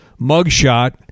mugshot